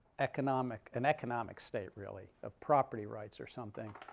economic an economic state, really of property rights or something.